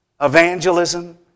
Evangelism